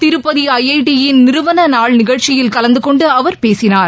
Tirupati I T யின் நிறுவன நாள் நிகழ்ச்சியில் கலந்து கொண்டு அவர் பேசினார்